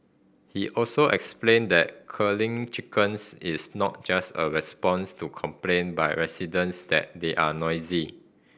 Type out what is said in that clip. he also explained that culling chickens is not just a response to complaint by residents that they are noisy